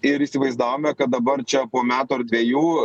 ir įsivaizdavome kad dabar čia po metų ar dvejų